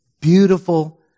beautiful